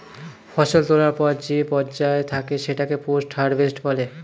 ফসল তোলার পর যে পর্যায় থাকে সেটাকে পোস্ট হারভেস্ট বলে